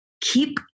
keep